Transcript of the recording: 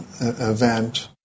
event